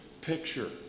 picture